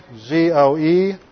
Z-O-E